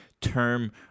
term